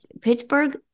Pittsburgh